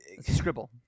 scribble